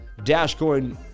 Dashcoin